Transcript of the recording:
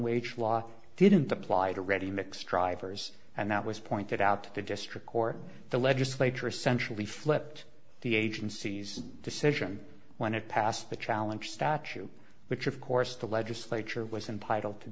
wage law didn't apply to ready mix drivers and that was pointed out to the district court the legislature essentially flipped the agency's decision when it passed the challenge statute which of course the legislature was